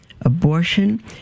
Abortion